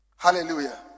Hallelujah